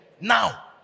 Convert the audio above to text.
now